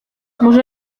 może